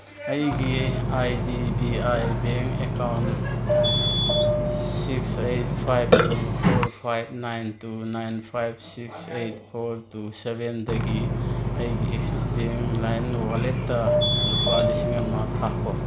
ꯑꯩꯒꯤ I D B I bank account six eight five two four five nine two nine five six eight four two ꯁꯚꯦꯟꯗꯒꯤ ꯑꯩꯒꯤ Axis bank ꯂꯥꯏꯝ ꯋꯂꯦꯠꯇ ꯂꯨꯄꯥ ꯂꯤꯁꯤꯡ ꯑꯃ ꯊꯥꯈꯣ